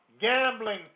gambling